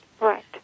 Right